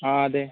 ആ അതെ